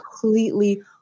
completely